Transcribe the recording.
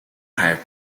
have